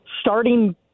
starting